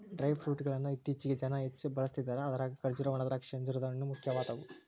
dry fruit ಗಳ್ಳನ್ನ ಇತ್ತೇಚಿಗೆ ಜನ ಹೆಚ್ಚ ಬಳಸ್ತಿದಾರ ಅದ್ರಾಗ ಖರ್ಜೂರ, ಒಣದ್ರಾಕ್ಷಿ, ಅಂಜೂರದ ಹಣ್ಣು, ಮುಖ್ಯವಾದವು